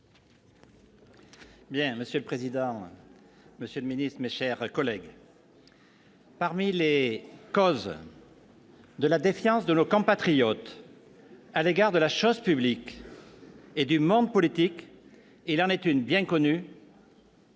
Monsieur le président, monsieur le secrétaire d'État, mes chers collègues, parmi les causes de la défiance de nos compatriotes à l'égard de la chose publique et du monde politique, il en est une, bien connue